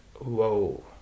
whoa